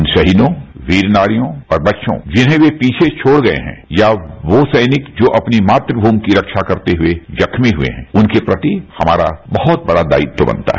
उन शहीदों वीर नारियों और बच्चों जिन्हें वो पीछे छोड़ गये हैं या वो सैनिक जो अपनी मातृभूमि की रक्षा करते हुए जख्मी हुए हैं उनके प्रति हमारा बहुत बड़ा दायित्वै बनता है